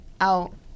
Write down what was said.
out